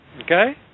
Okay